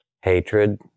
hatred